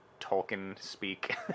Tolkien-speak